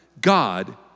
God